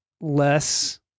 less